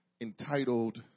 entitled